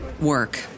work